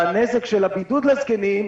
שהנזק של הבידוד לזקנים,